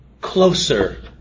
closer